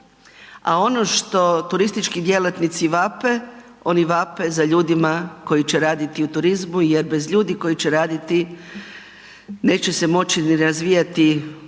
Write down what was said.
a ono što turistički djelatnici vape, oni vape za ljudima koji će raditi u turizmu jer bez ljudi koji će raditi neće se moći ni razvijati ta